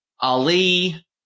Ali